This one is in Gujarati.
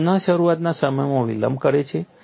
તે પુનઃશરૂઆતના સમયમાં વિલંબ કરે છે